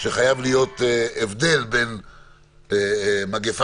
היו יותר בקשות מעצר